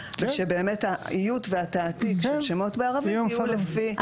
שבאמת האיות והתעתיק של שמות בערבית יהיו לפי החלטתו,